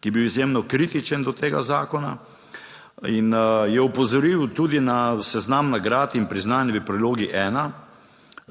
ki je bil izjemno kritičen do tega zakona. In je opozoril tudi na seznam nagrad in priznanj v prilogi ena